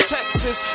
Texas